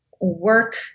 work